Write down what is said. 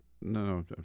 no